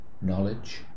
knowledge